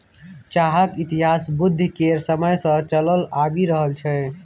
चाहक इतिहास बुद्ध केर समय सँ चलल आबि रहल छै